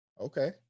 okay